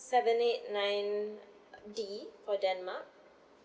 seven eight nine D for denmark